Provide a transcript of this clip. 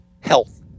Health